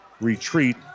retreat